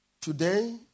Today